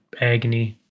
agony